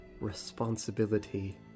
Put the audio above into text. responsibility